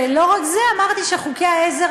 ולא רק זה, אמרתי שחוקי העזר